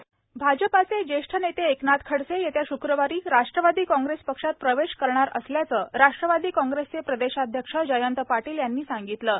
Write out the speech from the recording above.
खडसे भाजपाचे ज्येष्ठ नेते एकनाथ खडसे येत्या श्क्रवारी राष्ट्रवादी काँग्रेस पक्षात प्रवेश करणार असल्याचं राष्ट्रवादी काँग्रेसचे प्रदेशाध्यक्ष जयंत पाटील यांनी म्हटलं आहे